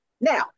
Now